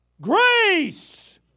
grace